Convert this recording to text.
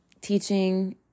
Teaching